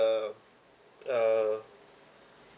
uh